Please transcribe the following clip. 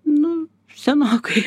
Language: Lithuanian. nu senokai